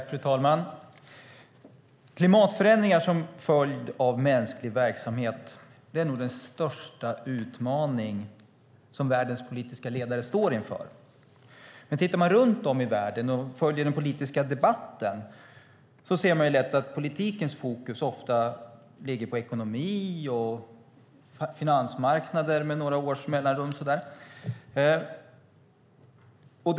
Fru talman! Klimatförändringar som en följd av mänsklig verksamhet är nog den största utmaningen som världens politiska ledare står inför. Tittar man på hur det är runt om i världen och följer den politiska debatten ser man lätt att politikens fokus ofta ligger på ekonomi och finansmarknader med några års mellanrum och så.